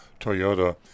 Toyota